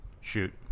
Shoot